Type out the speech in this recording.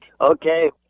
Okay